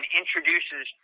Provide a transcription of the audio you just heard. introduces